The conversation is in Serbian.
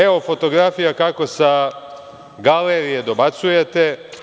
Evo fotografija kako sa galerije dobacujete.